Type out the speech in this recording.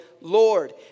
Lord